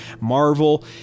marvel